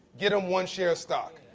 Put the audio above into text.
get them one share of stock.